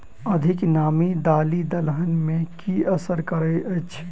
अधिक नामी दालि दलहन मे की असर करैत अछि?